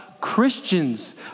Christians